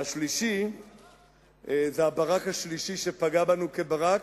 והשלישי זה הברק השלישי שפגע בנו כברק.